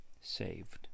saved